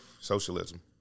socialism